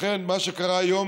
לכן, מה שקרה היום